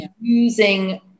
using